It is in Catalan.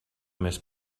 més